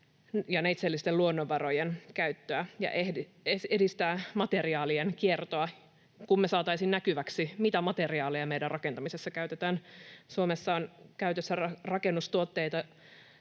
ja neitseellisten luonnonvarojen käyttöä ja edistää materiaalien kiertoa, kun me saataisiin näkyväksi, mitä materiaaleja meidän rakentamisessa käytetään. Suomessa on käytössä rakennustuotteita